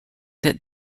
that